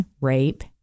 rape